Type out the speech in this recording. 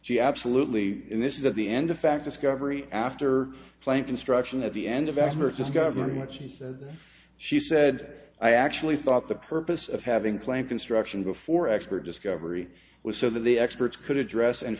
she absolutely and this is at the end of fact discovery after playing construction at the end of expert just government she said she said i actually thought the purpose of having plank construction before expert discovery was so that the experts could address and